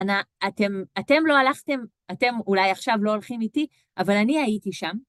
אתם לא הלכתם, אתם אולי עכשיו לא הולכים איתי, אבל אני הייתי שם.